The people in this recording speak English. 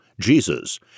Jesus